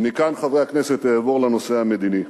ומכאן, חברי הכנסת, אעבור לנושא המדיני.